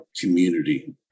community